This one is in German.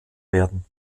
werden